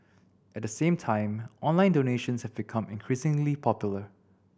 at the same time online donations have become increasingly popular